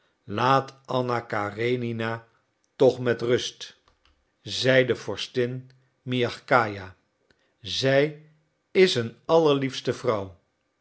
laat anna karenina toch met rust zeide vorstin miagkaja zij is een allerliefste vrouw